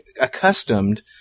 accustomed